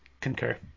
concur